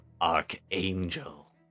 archangel